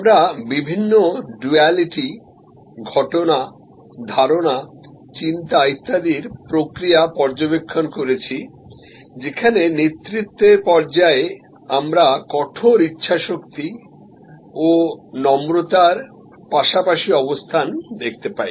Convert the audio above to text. আমরা বিভিন্ন ডুয়ালিটি ঘটনা ধারণা চিন্তা ইত্যাদির প্রক্রিয়া পর্যবেক্ষণ করেছি যেখানে নেতৃত্বের পর্যায়ে আমরা কঠোর ইচ্ছাশক্তি ও নম্রতার পাশাপাশি অবস্থান দেখতে পাই